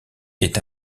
est